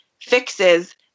fixes